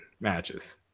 matches